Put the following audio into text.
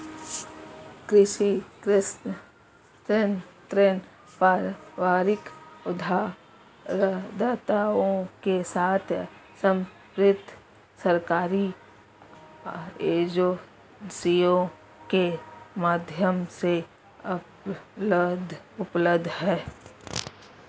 कृषि ऋण पारंपरिक उधारदाताओं के साथ समर्पित सरकारी एजेंसियों के माध्यम से उपलब्ध हैं